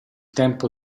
tempo